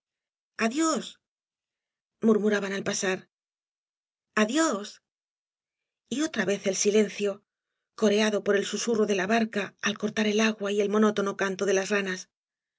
adiós murmuraban al pasar adiód y otra vez el silencio coreado por el susurro de la barca al cortar el agua y el monótono canto da las ranas